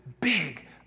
big